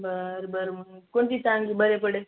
बरं बरं मग कोणती चांगली बरी पडेल